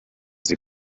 sie